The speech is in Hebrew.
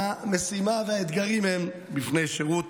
המשימה והאתגרים הם בפני שירות